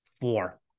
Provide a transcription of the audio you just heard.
four